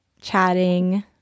chatting